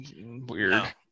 Weird